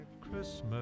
Christmas